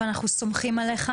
אנחנו סומכים עליך,